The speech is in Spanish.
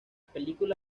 película